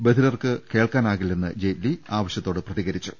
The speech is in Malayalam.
ബധിരർക്ക് കേൾക്കാനാകില്ലെന്ന് ജെയ്റ്റലി ആവശ്യത്തോട് പ്രതികരിച്ചു